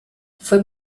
fue